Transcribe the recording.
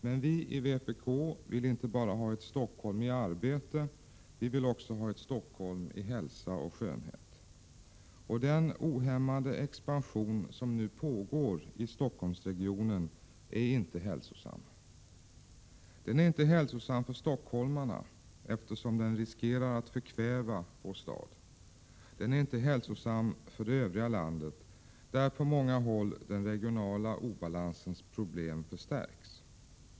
Men vi i vpk vill inte bara ha ett Stockholm i arbete, utan vi vill också ha ett Stockholm i hälsa och skönhet. Och den ohämmade expansion som nu pågår i Stockholmsregionen är inte hälsosam. Den är inte hälsosam för stockholmarna, eftersom den riskerar att förkväva vår stad. Den är inte hälsosam för det övriga landet, där på många håll den regionala obalansens problem förstärks.